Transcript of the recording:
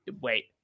wait